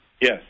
Yes